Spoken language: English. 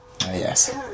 yes